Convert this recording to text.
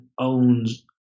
owns